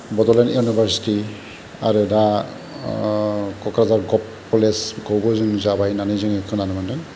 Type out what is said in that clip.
Bodoland university आरो दा कक्राझार गभ कलेजखौबो जों जाबाय होन्नानै जोङो खोनानो मोनदों